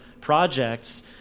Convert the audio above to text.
projects